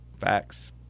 Facts